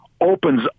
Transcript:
opens